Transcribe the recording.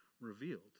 revealed